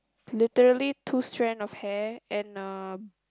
literally two strand of hair and uh